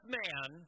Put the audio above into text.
man